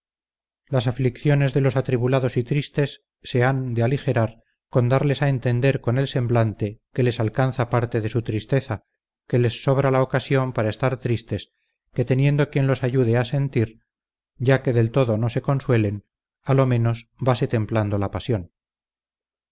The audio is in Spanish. las aflicciones de los atribulados y tristes se han de aligerar con darles a entender con el semblante que les alcanza parte de su tristeza que les sobra la ocasión para estar tristes que teniendo quien los ayude a sentir ya que del todo no se consuelen a lo menos vase templando la pasión